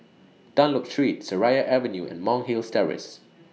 Dunlop Street Seraya Avenue and Monk's Hills Terrace